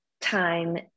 time